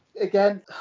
Again